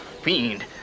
fiend